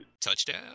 touchdown